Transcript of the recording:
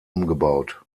umgebaut